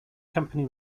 company